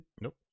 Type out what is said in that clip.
Nope